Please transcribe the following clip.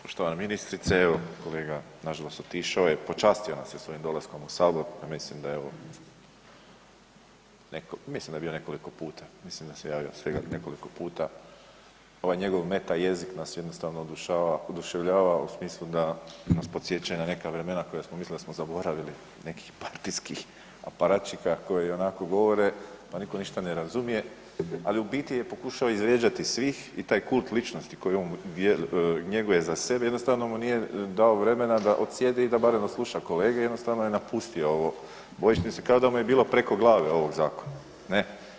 Poštovana ministrice, evo kolega nažalost, otišao je, počastio nas je svojim dolaskom u Sabor, mislim da evo, mislim da je bio nekoliko puta, mislim da se javio svega nekoliko puta, ovaj njegov meta jezik nas jednostavno oduševljava u smislu da nas podsjeća i na neka vremena koja smo mislili da smo zaboravili nekih partijskih aparatčika koji ionako govore pa niko ništa ne razumije, ali u biti je pokušao izvrijeđati svih i taj kult ličnosti koji on njeguje za sebe, jednostavno mu je nije dao vremena da odsjede i da barem odsluša kolege i jednostavno je napustio bojišnicu, kao da mu je bilo preko glave ovog zakona, ne.